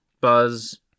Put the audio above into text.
Buzz